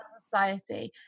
Society